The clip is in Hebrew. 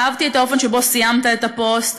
אהבתי את האופן שבו סיימת את הפוסט.